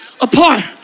apart